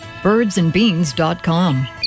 Birdsandbeans.com